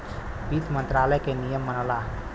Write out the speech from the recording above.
वित्त मंत्रालय के नियम मनला